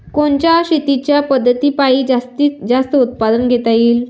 कोनच्या शेतीच्या पद्धतीपायी जास्तीत जास्त उत्पादन घेता येईल?